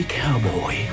cowboy